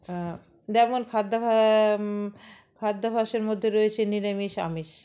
যেমন খাদ্যাভ খাদ্যাভাস্যের মধ্যে রয়েছে নিরামিষ আমিষ